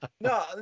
No